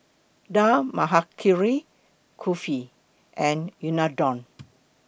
Dal Makhani Kulfi and Unadon